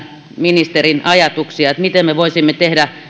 ministerin ajatuksia tästä miten me voisimme tehdä